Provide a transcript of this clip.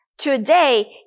Today